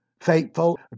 faithful